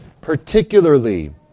particularly